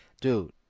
dude